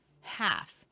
Half